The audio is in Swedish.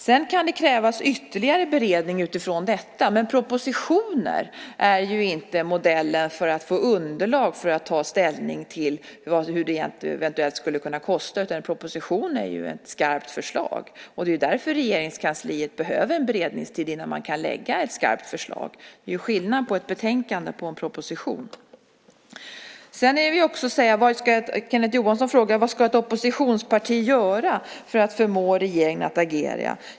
Sedan kan det krävas ytterligare beredning utifrån detta, men en proposition är inte modellen om man vill få ett underlag för att kunna ta ställning till vad detta skulle kunna kosta. En proposition är ju ett skarpt förslag, och därför behöver Regeringskansliet en beredningstid. Det är skillnad mellan ett betänkande och en proposition. Kenneth Johansson frågar vad ett oppositionsparti ska göra för att förmå regeringen att agera.